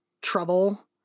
trouble